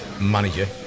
manager